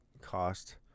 cost